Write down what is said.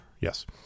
Yes